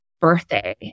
birthday